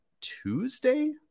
Tuesday